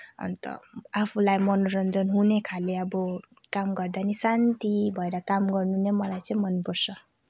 अन्त आफूलाई मनोरञ्जन हुनेखाले अब काम गर्दा पनि शान्ति भएर काम गर्नु नै मलाई चाहिँ मनपर्छ